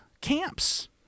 camps